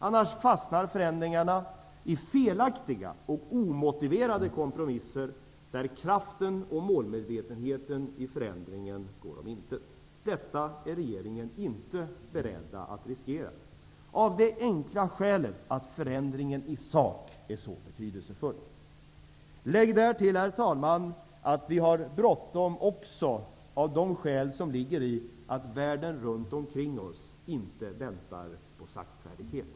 Annars fastnar förändringarna i felaktiga och omotiverade kompromisser där kraften och målmedvetenheten i förändringen går om intet. Regeringen är inte beredd att riskera detta av det enkla skälet att förändringen är så betydelsefull i sak. Herr talman! Därtill kan läggas att vi har bråttom av det skälet att världen runt omkring oss inte väntar på saktfärdighet.